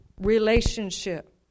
relationship